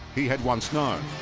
he had once known